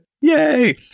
Yay